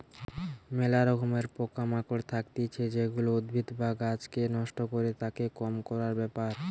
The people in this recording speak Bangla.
ম্যালা রকমের পোকা মাকড় থাকতিছে যেগুলা উদ্ভিদ বা গাছকে নষ্ট করে, তাকে কম করার ব্যাপার